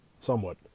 somewhat